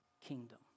kingdom